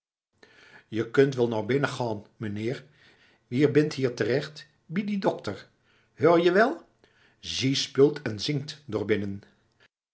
ie kunt wel noar binnen gaan m'neer wie bint hier terecht bie den dokter heur ie wel zie speult en zingt